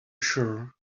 sure